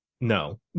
no